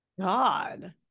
God